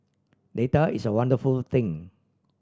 data is a wonderful thing